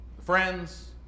friends